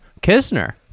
Kisner